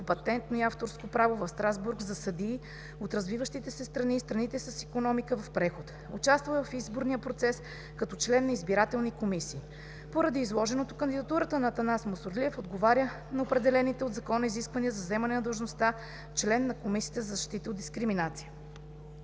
патентно и авторско право в Страсбург за съдии от развиващите се страни и страните с икономика в преход. Участвал е в изборния процес като член на избирателни комисии. Поради изложеното кандидатурата на Атанас Мусорлиев отговаря на определените от Закона изисквания за заемане на длъжността член на Комисията за защита от дискриминацията.